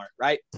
right